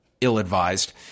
ill-advised